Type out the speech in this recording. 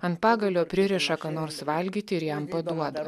ant pagalio pririša ką nors valgyti ir jam paduoda